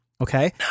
Okay